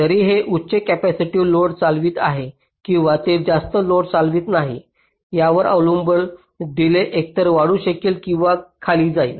जरी हे उच्च कॅपेसिटिव्ह लोड चालवित आहे किंवा ते जास्त लोड चालवित नाही यावर अवलंबून डिलेज एकतर वाढू शकेल किंवा खाली जाईल